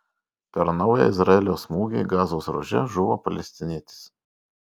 per naują izraelio smūgį gazos ruože žuvo palestinietis